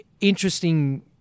Interesting